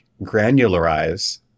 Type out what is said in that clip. granularize